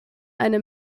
eine